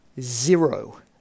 Zero